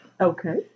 Okay